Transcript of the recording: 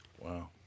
Wow